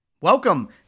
Welcome